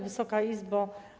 Wysoka Izbo!